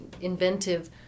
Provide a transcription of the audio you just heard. inventive